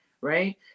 Right